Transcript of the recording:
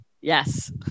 Yes